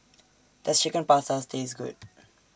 Does Chicken Pasta Taste Good